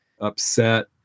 upset